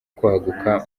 kwaguka